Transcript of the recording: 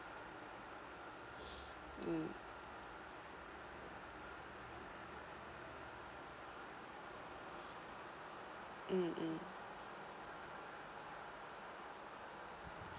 mm mm mm